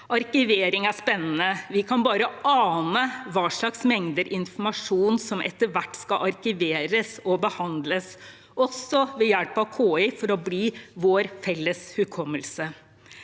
Arkivering er spennende. Vi kan bare ane hva slags mengder informasjon som etter hvert skal arkiveres og behandles, også ved hjelp av KI, for å bli vår felles hukommelse.